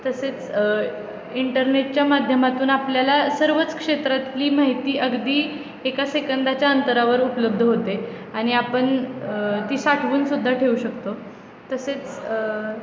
तसेच इंटरनेटच्या माध्यमातून आपल्याला सर्वच क्षेत्रातली माहिती अगदी एका सेकंदाच्या अंतरावर उपलब्ध होते आणि आपण ती साठवून सुद्धा ठेवू शकतो तसेच